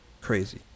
crazy